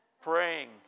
Praying